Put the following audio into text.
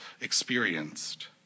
experienced